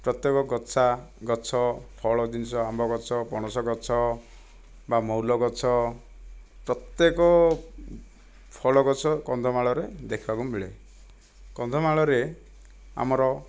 ପ୍ରତ୍ୟେକ ଗଛା ଗଛ ଫଳ ଜିନିଷ ଆମ୍ବ ଗଛ ପଣସ ଗଛ ବା ମହୁଲ ଗଛ ପ୍ରତ୍ୟେକ ଫଳ ଗଛ କନ୍ଧମାଳରେ ଦେଖିବାକୁ ମିଳେ କନ୍ଧମାଳରେ ଆମର